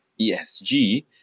ESG